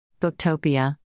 Booktopia